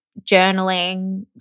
journaling